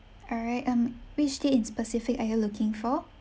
all right um which date in specific are you looking for